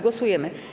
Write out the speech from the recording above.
Głosujemy.